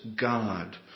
God